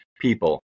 people